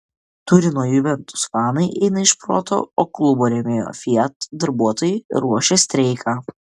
turino juventus fanai eina iš proto o klubo rėmėjo fiat darbuotojai ruošia streiką